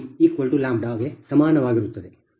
ಗೆ ಸಮಾನವಾಗಿರುತ್ತದೆ